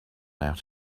out